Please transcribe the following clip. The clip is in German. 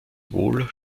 wohl